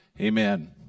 Amen